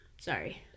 Sorry